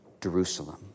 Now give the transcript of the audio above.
Jerusalem